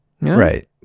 Right